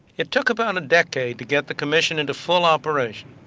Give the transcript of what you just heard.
it took about a decade to get the commission into full operation.